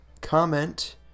comment